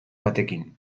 batekin